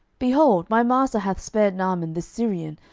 behold, my master hath spared naaman this syrian,